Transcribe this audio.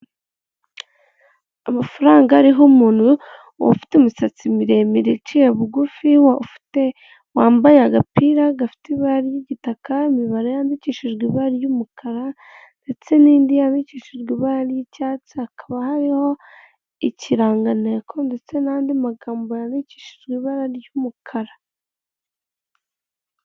Amafaranga ariho umuntu ufite umusatsi miremire iciye bugufi, ufite wambaye agapira gafite ibara ry'igitaka imibare yandikishijwe ibara ry'umukara, ndetse n'indi yandikishijwe ibara ry'icyatsi, hakaba hariho ikirangantego ndetse n'andi magambo yandikishijwe ibara ry'umukara.